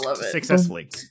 successfully